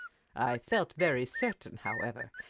i felt very certain, however,